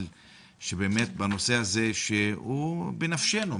אבל באמת, הנושא הזה הוא בנפשנו.